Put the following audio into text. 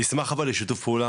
נשמח אבל לשיתוף פעולה,